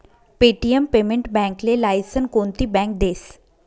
Paytm payment बॅकले licence कोनती bank देस?